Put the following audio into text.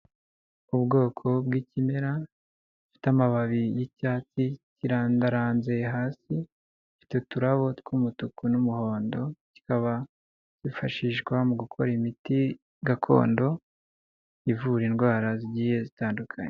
Ubwoko bw'ikimera gifite amababi y'icyatsi, kirandaranze hasi, gifite uturabo tw'umutuku n'umuhondo, kikaba kifashishwa mu gukora imiti gakondo, ivura indwara zigiye zitandukanye.